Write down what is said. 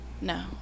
no